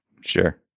Sure